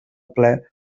ple